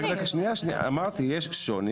אמרתי יש שוני